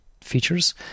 features